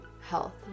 health